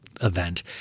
event